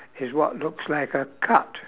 is what looks like a cut